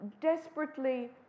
desperately